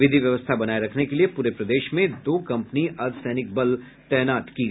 विधि व्यवस्था बनाये रखने के लिए पूरे प्रदेश में दो कंपनी अर्द्वसैनिक बल तैनात किये गये हैं